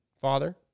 father